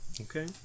Okay